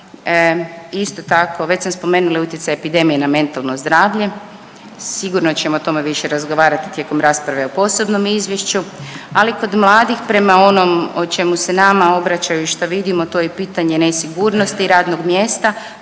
Isto tako, već sam spomenula i utjecaj epidemije na mentalno zdravlje. Sigurno ćemo o tome više razgovarati tijekom rasprave o posebnom izvješću, ali kod mladih prema onom o čemu se nama obraćaju i što vidimo to je pitanje nesigurnosti radnog mjesta,